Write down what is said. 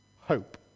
hope